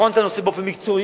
לבחון את הנושא באופן מקצועי,